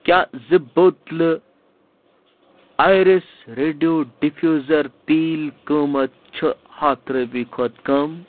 کیٛاہ زٕ بوتلہٕ آیرِس ریڈو ڈِفیوٗزر تیٖل قۭمتھ چھُ ہَتھ رۄپیہِ کھۄتہٕ کم